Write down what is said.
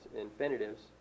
infinitives